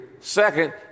Second